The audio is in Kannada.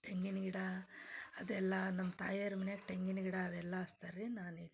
ತೆಂಗಿನ ಗಿಡ ಅದೆಲ್ಲ ನಮ್ಮ ತಾಯಿಯರ ಮನ್ಯಾಗ ತೆಂಗಿನ ಗಿಡ ಅದೆಲ್ಲ ಹಚ್ತಾರೆ ರೀ ನಾನು ಇಲ್ಲಿ